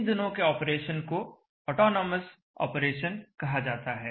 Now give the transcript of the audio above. इन दिनों के ऑपरेशन को ऑटोनॉमस ऑपरेशन कहा जाता है